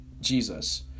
Jesus